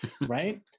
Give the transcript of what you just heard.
right